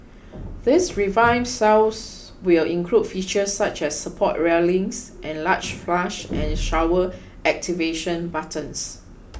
these revamped cells will include features such as support railings and large flush and shower activation buttons